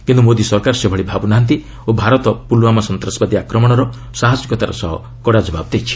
କିନ୍ତୁ ମୋଦି ସରକାର ସେଭଳି ଭାବୁ ନାହାନ୍ତି ଓ ଭାରତ ପୁଲ୍ୱାମା ସନ୍ତାସବାଦୀ ଆକ୍ରମଣର ସାହସିକତାର ସହ କଡ଼ା ଜବାବ ଦେଇଛି